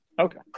Okay